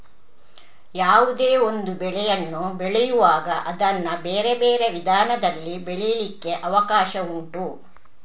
ಯಾವುದೇ ಒಂದು ಬೆಳೆಯನ್ನು ಬೆಳೆಯುವಾಗ ಅದನ್ನ ಬೇರೆ ಬೇರೆ ವಿಧಾನದಲ್ಲಿ ಬೆಳೀಲಿಕ್ಕೆ ಅವಕಾಶ ಉಂಟು